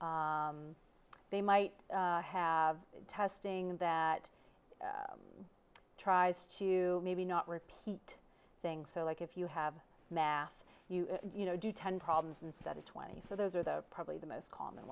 they might have testing that tries to maybe not repeat things so like if you have math you you know do ten problems instead of twenty so those are the probably the most common